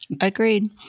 Agreed